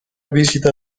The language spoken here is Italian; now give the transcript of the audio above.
visita